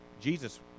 Jesus